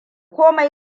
komai